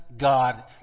God